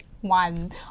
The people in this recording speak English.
one